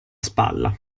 spalla